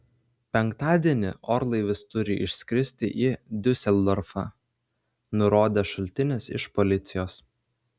penktadienį orlaivis turi išskristi į diuseldorfą nurodė šaltinis iš policijos